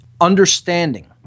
Understanding